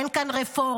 אין כאן רפורמה,